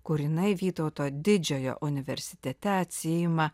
kur jinai vytauto didžiojo universitete atsiima